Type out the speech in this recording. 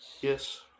Yes